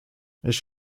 ich